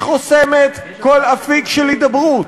היא חוסמת כל אפיק של הידברות.